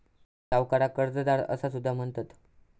सावकाराक कर्जदार असा सुद्धा म्हणतत